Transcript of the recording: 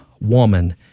Woman